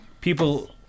people